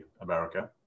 America